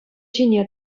ҫине